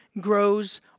grows